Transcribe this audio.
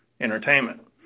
entertainment